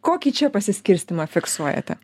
kokį čia pasiskirstymą fiksuojate